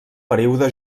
període